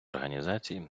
організацій